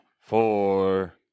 four